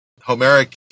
homeric